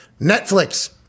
Netflix